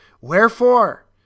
Wherefore